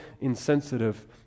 insensitive